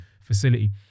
facility